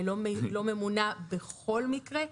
היא לא ממונה בכל מקרה?